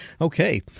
Okay